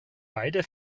beide